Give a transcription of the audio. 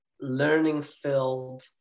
learning-filled